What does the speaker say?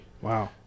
Wow